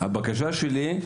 הבקשה שלי,